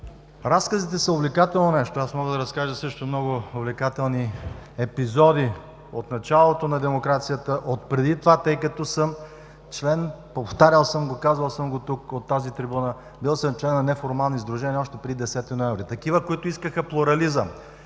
Разказите са увлекателно нещо. Мога да разкажа също много увлекателни епизоди от началото на демокрацията, отпреди това, тъй като съм член, казвал съм го от тази трибуна, бил съм член на неформални сдружения още преди 10 ноември – такива, които искаха плурализъм.